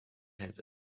had